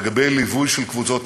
לגבי ליווי קבוצות,